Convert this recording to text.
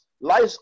Life